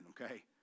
okay